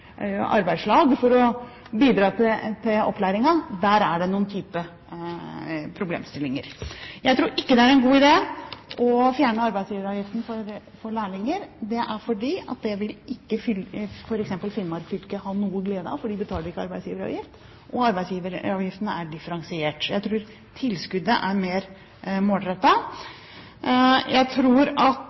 noen typer problemstillinger. Jeg tror ikke det er en god idé å fjerne arbeidsgiveravgiften for lærlinger. Det er fordi det vil f.eks. ikke Finnmark fylke ha noen glede av, for der betaler de ikke arbeidsgiveravgift, og arbeidsgiveravgiften er differensiert. Jeg tror tilskuddet er mer målrettet. Når vi ser på tallene for Møre og Romsdal spesielt per 1. november, ser vi at